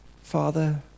Father